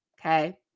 Okay